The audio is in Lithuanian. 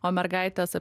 o mergaitės